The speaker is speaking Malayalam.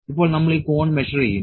ഇപ്പോൾ നമ്മൾ ഈ കോൺ മെഷർ ചെയ്യും